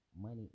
money